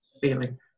Feeling